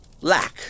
lack